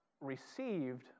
received